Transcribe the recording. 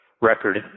record